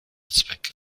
zwecke